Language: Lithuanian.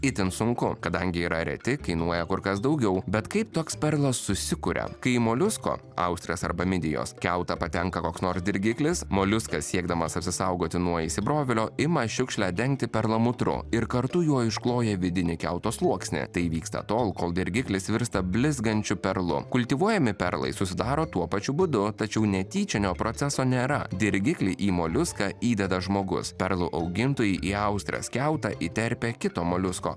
itin sunku kadangi yra reti kainuoja kur kas daugiau bet kaip toks perlas susikuria kai į moliusko austrės arba midijos kiautą patenka koks nors dirgiklis moliuskas siekdamas apsisaugoti nuo įsibrovėlio ima šiukšlę dengti perlamutru ir kartu juo iškloja vidinį kiauto sluoksnį tai vyksta tol kol dirgiklis virsta blizgančiu perlu kultivuojami perlai susidaro tuo pačiu būdu tačiau netyčinio proceso nėra dirgiklį į moliuską įdeda žmogus perlų augintojai į austrės kiautą įterpia kito moliusko